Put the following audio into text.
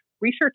Research